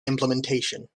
implementation